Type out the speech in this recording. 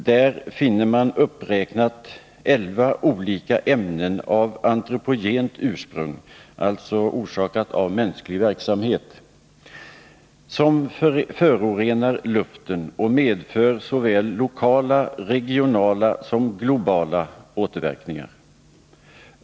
Där finner man uppräknat elva olika ämnen, av antropogent ursprung — dvs. orsakade av mänsklig verksamhet — som förorenar luften och medför såväl lokala, regionala som globala återverkningar.